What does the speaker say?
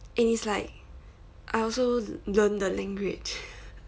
and it's like I also learn the language